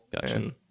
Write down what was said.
Gotcha